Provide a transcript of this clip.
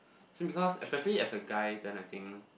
so because especially as a guy then I think